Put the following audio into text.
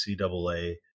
NCAA